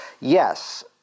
Yes